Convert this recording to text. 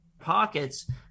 pockets